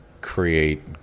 create